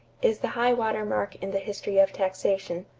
is the high-water mark in the history of taxation.